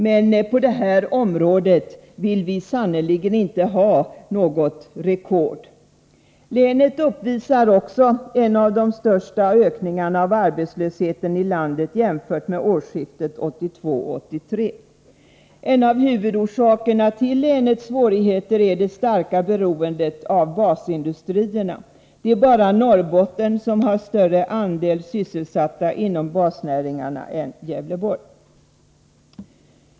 Men på detta område vill vi sannerligen inte ha något rekord. Länet uppvisar också en av de största ökningarna av arbetslösheten i landet jämfört med årsskiftet 1982-1983. En av huvudorsakerna till länets svårigheter är det starka beroendet av basindustrierna. Endast Norrbotten har större andel sysselsatta inom basnäringarna än Gävleborgs län.